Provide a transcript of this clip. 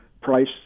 price